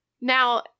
Now